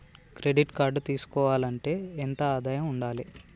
Credit card తీసుకోవాలంటే ఎంత ఆదాయం ఉండాలే?